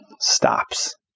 stops